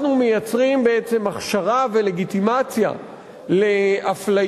אנחנו מייצרים בעצם הכשרה ולגיטימציה לאפליות,